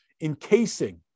encasing